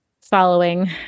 following